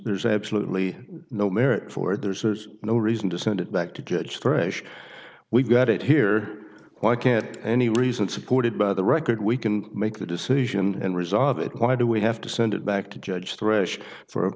there's absolutely no merit for it there's no reason to send it back to get fresh we've got it here why can't any reason supported by the record we can make the decision and resolve it why do we have to send it back to judge